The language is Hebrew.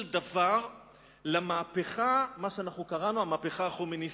דבר למהפכה שקראנו לה "המהפכה החומייניסטית".